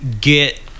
get